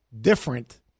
different